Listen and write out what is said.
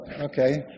okay